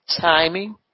timing